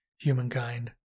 humankind